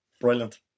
Brilliant